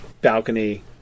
balcony